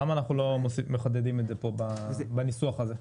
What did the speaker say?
אז למה אנחנו לא מחדדים את זה פה בניסוח הזה?